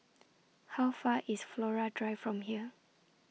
How Far IS Flora Drive from here